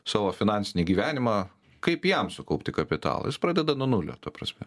savo finansinį gyvenimą kaip jam sukaupti kapitalą jis pradeda nuo nulio ta prasme